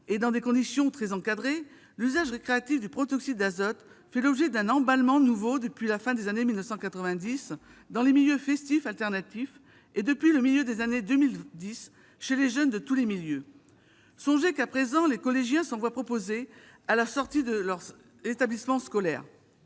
et dans des conditions très encadrées, son usage récréatif fait l'objet d'un emballement nouveau depuis la fin des années 1990 dans les milieux festifs alternatifs et, depuis le milieu des années 2010, chez les jeunes de tous les milieux. Songez qu'à présent les collégiens s'en voient proposer à la sortie de leur établissement scolaire.